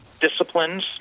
disciplines